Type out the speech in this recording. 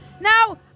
Now